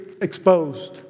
exposed